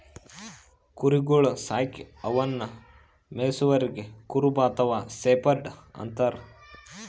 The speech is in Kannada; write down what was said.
ಕುರಿಗೊಳ್ ಸಾಕಿ ಅವನ್ನಾ ಮೆಯ್ಸವರಿಗ್ ಕುರುಬ ಅಥವಾ ಶೆಫರ್ಡ್ ಅಂತಾರ್